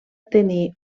tenir